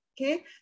okay